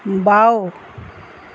বাওঁ